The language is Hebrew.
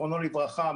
זכרונו לברכה.